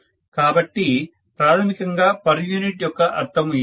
కాబట్టి ప్రాథమికంగా per unit యొక్క అర్ధము ఇదే